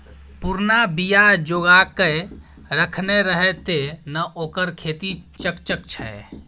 पुरना बीया जोगाकए रखने रहय तें न ओकर खेती चकचक छै